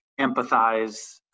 empathize